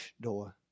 door